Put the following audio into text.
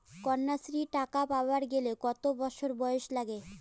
কন্যাশ্রী টাকা পাবার গেলে কতো বছর বয়স লাগে?